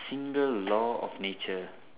single law of nature